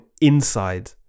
inside